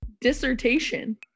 dissertation